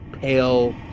pale